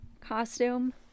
costume